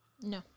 No